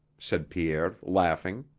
said pierre laughing.